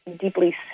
deeply